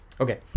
Okay